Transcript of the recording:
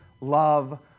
love